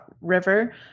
river